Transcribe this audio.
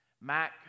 Mac